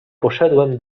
poszedłem